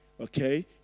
Okay